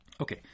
Okay